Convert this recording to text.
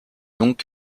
donc